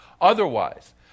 otherwise